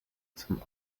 zum